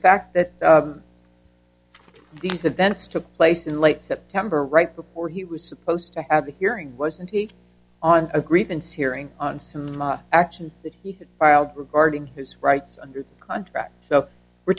fact that these events took place in late september right before he was supposed to have a hearing wasn't he on a grievance hearing on some actions that he had filed regarding his rights under contract so we're